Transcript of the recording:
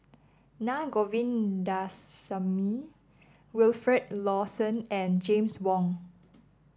Na Govindasamy Wilfed Lawson and James Wong